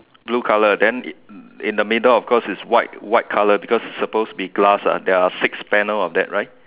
blue colour then in in the middle of course it's white white colour because it's suppose to be glass ah there are six panel of that right